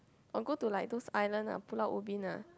or go to like those island ah Pulau-Ubin ah